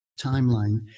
timeline